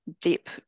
deep